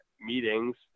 meetings